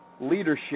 leadership